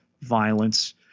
violence